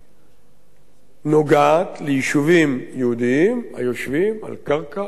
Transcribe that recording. נוגעת ליישובים יהודיים היושבים על קרקע ערבית פרטית,